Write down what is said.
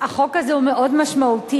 החוק הזה הוא מאוד משמעותי,